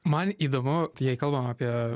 man įdomu jei kalbam apie